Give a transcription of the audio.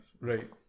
Right